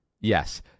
Yes